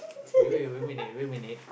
we wait a minute wait a minute wait a minute